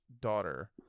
daughter